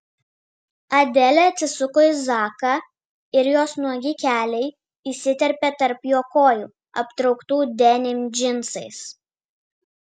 adelė atsisuko į zaką ir jos nuogi keliai įsiterpė tarp jo kojų aptrauktų denim džinsais